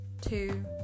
two